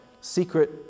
secret